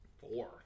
four